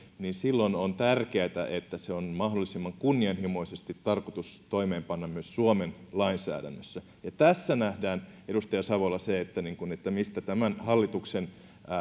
silloin on tärkeätä että se on mahdollisimman kunnianhimoisesti tarkoitus toimeenpanna myös suomen lainsäädännössä tässä nähdään edustaja savola se mistä tämän hallituksen